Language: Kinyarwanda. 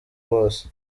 bose